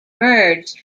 merged